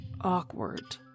awkward